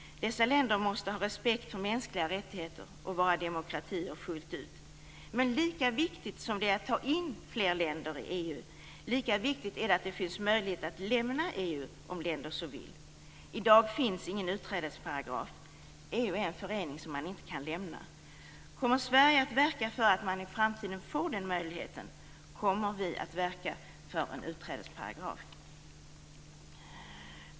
Dessa länder måste visa respekt för mänskliga rättigheter och vara fullt ut demokratier. Men lika viktigt som det är att ta in fler länder i EU, är det att det finns möjlighet att lämna EU om länder så vill. I dag finns ingen utträdesparagraf. EU är en förening man inte kan lämna. Kommer Sverige att verka för att i framtiden få den möjligheten? Kommer vi att verka för en utträdesparagraf?